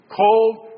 cold